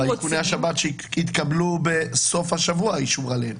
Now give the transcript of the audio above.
באיכוני השב"כ שהתקבל בסוף השבוע האישור עליהם?